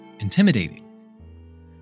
intimidating